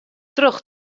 troch